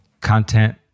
content